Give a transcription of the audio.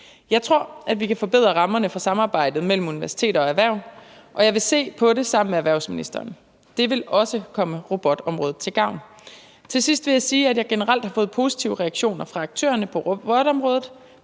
Jeg tror, at vi kan forbedre rammerne for samarbejdet mellem universiteter og erhverv, og jeg vil se på det sammen med erhvervsministeren. Det vil også komme robotområdet til gavn. Til sidst vil jeg sige, at jeg generelt har fået positive reaktioner fra aktørerne på robotområdet.